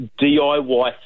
DIY